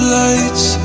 lights